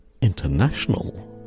international